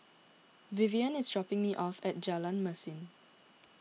Vivien is dropping me off at Jalan Mesin